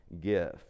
gift